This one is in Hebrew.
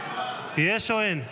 יש או אין?